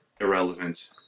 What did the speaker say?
irrelevant